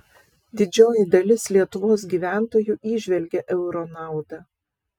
didžioji dalis lietuvos gyventojų įžvelgia euro naudą